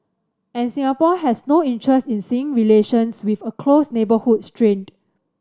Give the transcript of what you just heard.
and Singapore has no interest in seeing relations with a close neighbour strained